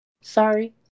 Sorry